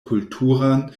kulturan